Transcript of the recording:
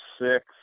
six